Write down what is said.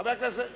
חבר הכנסת פינס,